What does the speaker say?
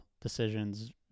decisions